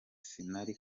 sinari